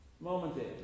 momentary